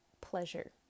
pleasure